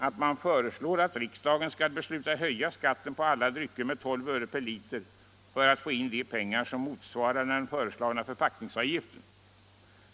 Utskottet föreslår att riksdagen skall besluta höja skatten på alla drycker med 12 öre per liter för att få in de pengar som motsvarar den avstyrkta höjningen av förpackningsavgiften.